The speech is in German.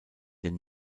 den